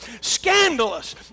Scandalous